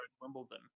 Wimbledon